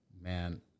Man